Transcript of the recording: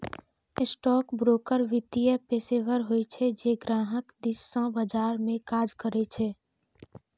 stockbroker वित्तीय पेशेवर होइ छै, जे ग्राहक दिस सं बाजार मे काज करै छै